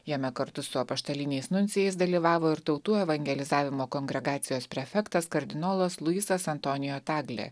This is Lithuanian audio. jame kartu su apaštaliniais nuncijais dalyvavo ir tautų evangelizavimo kongregacijos prefektas kardinolas luisas antonijo tadlė